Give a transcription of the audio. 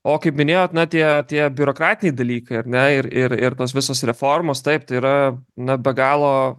o kaip minėjot na tie tie biurokratiniai dalykai ar ne ir ir ir tos visos reformos taip tai yra na be galo